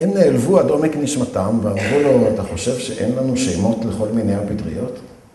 הם נעלבו עד עומק נשמתם ואמרו לו, אתה חושב שאין לנו שמות לכל מיני הפטריות?